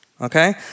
okay